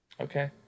Okay